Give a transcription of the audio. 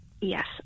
Yes